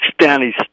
Stanley's